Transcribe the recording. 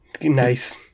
nice